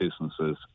businesses